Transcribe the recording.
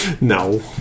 No